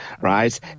right